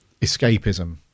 escapism